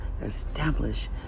establish